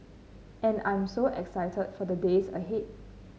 and I'm so excited for the days ahead